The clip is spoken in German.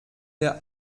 der